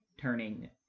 turning